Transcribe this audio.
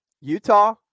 Utah